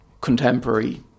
contemporary